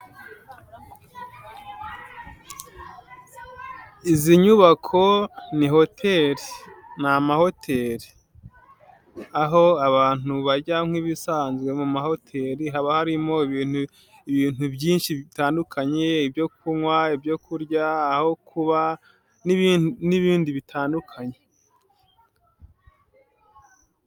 Izi nyubako ni hotel ni amahoteli. Aho abantu bajya nk'ibisanzwe mu mahoteli haba harimo ibintu ibintu byinshi bitandukanye ibyo kunywa, ibyo kurya, aho kuba, n'ibindi bitandukanye.